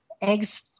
eggs